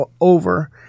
over